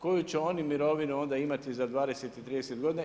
Koju će oni mirovinu onda imati za 20 i 30 godina?